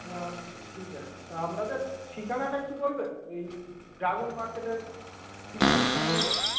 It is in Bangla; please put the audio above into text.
হ্যা ঠিক আছে আপনাদের ঠিকানাটা একটু বলবেন ওই ড্রাগন মার্কেটের কোনখানটায়